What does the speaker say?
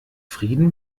frieden